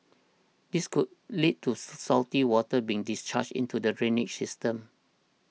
this could lead to silty water being discharged into the drainage system